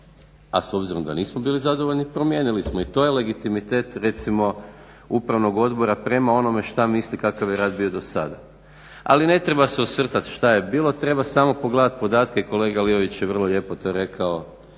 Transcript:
a s obzirom da nismo bili zadovoljni promijenili smo i to je legitimitet recimo Upravnog odbora prema onome šta misli kakav je rad bio do sada. Ali ne treba se osvrtati šta je bilo, treba samo pogledat podatke, kolega Lijović je vrlo lijepo to rekao